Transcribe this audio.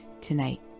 tonight